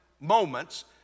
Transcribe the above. moments